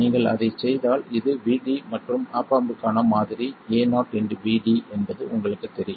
நீங்கள் அதைச் செய்தால் இது Vd மற்றும் ஆப் ஆம்ப் க்கான மாதிரி AoVd என்பது உங்களுக்குத் தெரியும்